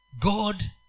God